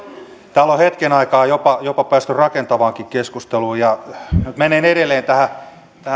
täällä on hetken aikaa päästy jopa rakentavaankin keskusteluun ja menen edelleen tähän